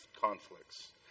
conflicts